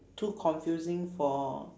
too confusing for